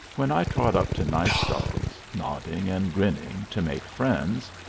when i trot up to nice dogs, nodding and grinning, to make friends,